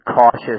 cautious